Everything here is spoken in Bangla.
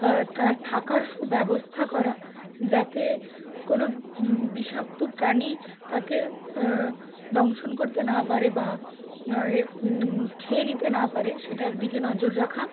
তার থাকার সুব্যবস্থা করা যাতে কোনো বিষাক্ত প্রাণী তাকে দংশন করতে না পারে বা খেয়ে নিতে না পারে সেটার দিকে নজর রাখা